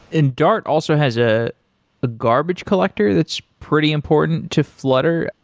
and dart also has a ah garbage collector. that's pretty important to flutter.